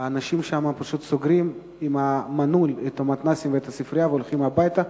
האנשים שם פשוט סוגרים במנעול את המתנ"סים ואת הספרייה והולכים הביתה,